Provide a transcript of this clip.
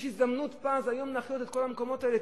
יש היום הזדמנות פז להחיות את כל המקומות האלה.